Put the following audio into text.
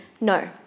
No